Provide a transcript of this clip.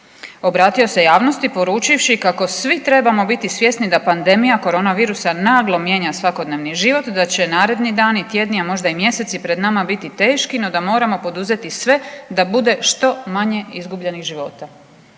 Obratio se javnosti poručivši kako svi trebamo biti svjesni da pandemija korona virusa naglo mijenja svakodnevni život i da će naredni dani, tjedni, a mjeseci pred nama biti teški, no da moramo poduzeti sve da bude što manje izgubljenih života.